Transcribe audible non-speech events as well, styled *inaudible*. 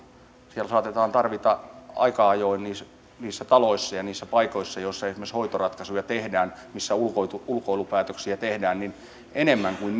siellä saatetaan tarvita aika ajoin niissä taloissa ja niissä paikoissa joissa esimerkiksi hoitoratkaisuja tehdään ulkoilupäätöksiä tehdään niiltä henkilöiltä enemmän kuin *unintelligible*